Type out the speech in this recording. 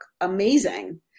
amazing